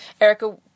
Erica